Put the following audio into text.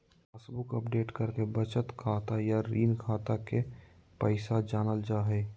passbook update कराके बचत खाता या ऋण खाता के पैसा जानल जा हय